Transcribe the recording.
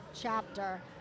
chapter